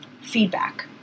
feedback